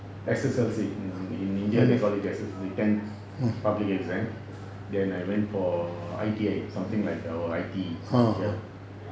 S_S_L_C in india they call it S_S_L_C public exam then I went for I_T_A something like our I_T_E here